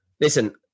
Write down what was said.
Listen